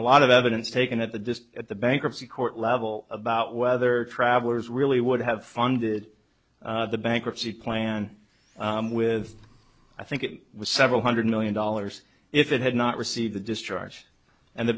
a lot of evidence taken at the at the bankruptcy court level about whether travelers really would have funded the bankruptcy plan with i think it was several hundred million dollars if it had not received the discharge and the